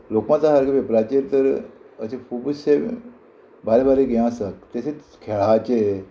लोकमता सारके वेपराचेर तर अशे खुबूचशे बारीक बारीक हें आसात तशेच खेळाचेर